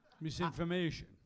Misinformation